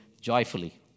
joyfully